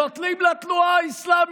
נותנים לתנועה האסלאמית.